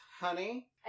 honey